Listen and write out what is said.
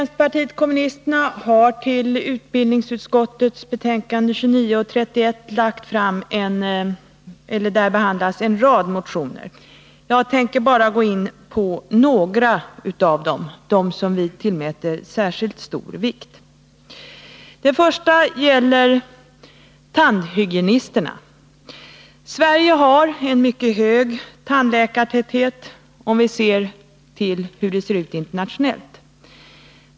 Herr talman! I utbildningsutskottets betänkande nr 29 och 31 behandlas en rad motioner från vänsterpartiet kommunisterna. Jag tänker bara gå in på några av dem — dem som vi tillmäter särskilt stor vikt. Den första gäller tandhygienisterna. Sverige har mycket hög tandläkartäthet internationellt sett.